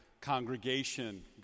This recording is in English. Congregation